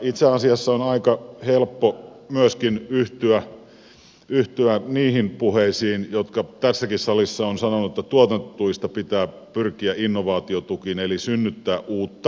itse asiassa on myöskin aika helppo yhtyä niihin puheisiin joissa tässäkin salissa on sanottu että tuotantotuista pitää pyrkiä innovaatiotukiin eli synnyttämään uutta